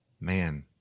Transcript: Man